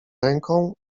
ręką